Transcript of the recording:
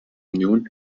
union